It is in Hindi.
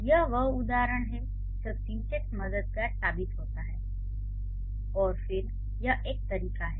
यह वह उदाहरण है जब सिन्टैक्स मददगार साबित होता है और सिर्फ यह एक तरीका है